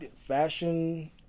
fashion